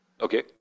Okay